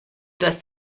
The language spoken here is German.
dass